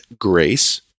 grace